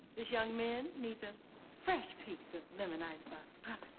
this young man needs a fresh piece of lemon icebox pie.